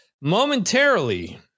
momentarily